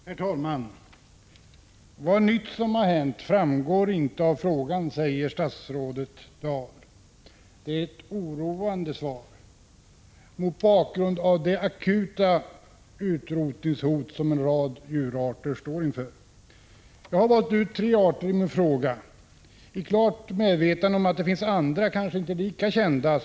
Herr talman! Vad nytt som har hänt framgår inte av frågan, säger statsrådet Dahl. Det är ett oroande svar, mot bakgrund av det akuta utrotningshot som en rad djurarter står inför. Sverige har ratificerat Bernkonventionen, som ger förpliktelser för de stater som undertecknat den att verkligen vidta åtgärder.